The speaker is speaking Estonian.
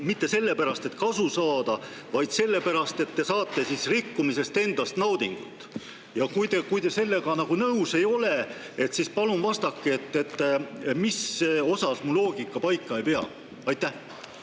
mitte sellepärast, et kasu saada, vaid sellepärast, et te saate rikkumisest endast naudingut. Ja kui te sellega nõus ei ole, siis palun vastake, mis osas mu loogika paika ei pea. Suur